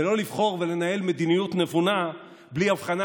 ולא לבחור ולנהל מדיניות נבונה בלי הבחנה,